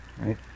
right